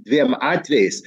dviem atvejais